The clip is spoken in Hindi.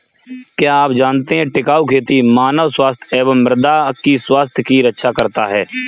क्या आप जानते है टिकाऊ खेती मानव स्वास्थ्य एवं मृदा की स्वास्थ्य की रक्षा करता हैं?